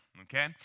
Okay